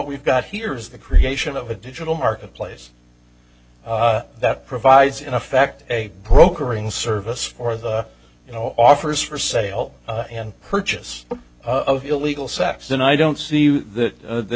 we've got here is the creation of a digital marketplace that provides in effect a brokering service for the you know offers for sale and purchase of illegal saps and i don't see that that